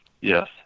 Yes